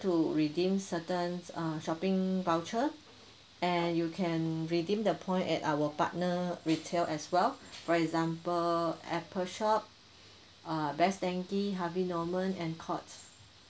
to redeem certain uh shopping voucher and you can redeem the point at our partner retail as well for example apple shop uh best denki harvey norman and courts